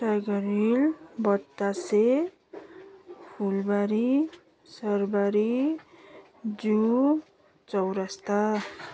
tiger hill Batase Phulbari सरबारी zoo चौरस्ता